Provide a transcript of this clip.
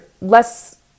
less